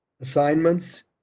assignments